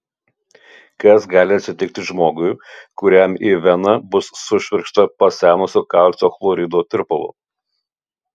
kas gali atsitikti žmogui kuriam į veną bus sušvirkšta pasenusio kalcio chlorido tirpalo